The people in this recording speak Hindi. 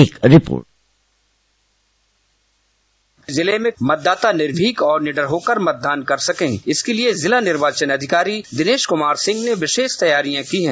एक रिपोर्ट जिले में मतदाता निर्भीक और निडर होकर मतदान कर सकें इसके लिए जिला निर्वाचन अधिकारी दिनेश कुमार सिंह ने विशेष तैयारियां की हैं